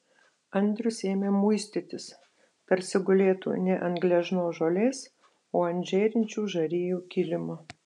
andrius ėmė muistytis tarsi gulėtų ne ant gležnos žolės o ant žėrinčių žarijų kilimo